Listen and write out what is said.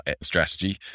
strategy